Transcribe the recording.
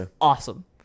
awesome